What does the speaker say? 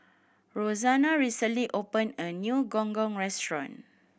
Roxana recently opened a new Gong Gong restaurant